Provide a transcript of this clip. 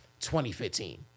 2015